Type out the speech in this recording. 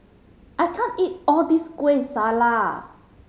I can't eat all this Kueh Salat